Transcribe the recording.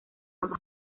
ambas